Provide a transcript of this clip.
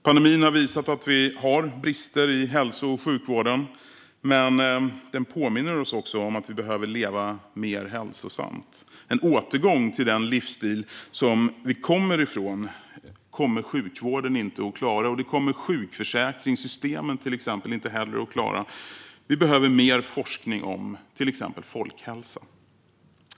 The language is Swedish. Pandemin har visat att vi har brister i hälso och sjukvården, men den påminner oss också om att vi behöver leva mer hälsosamt. En återgång till den livsstil som vi kommer från kommer sjukvården inte att klara, och det kommer inte heller till exempel sjukförsäkringssystemet att klara. Vi behöver mer forskning om exempelvis folkhälsa.